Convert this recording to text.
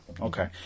Okay